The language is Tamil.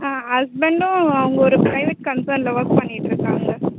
ஆ ஹஸ்பண்டும் அவங்க ஒரு ப்ரைவேட் கன்செர்னில் ஒர்க் பண்ணிகிட்டுருக்காங்க